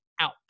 out